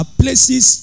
places